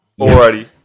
Already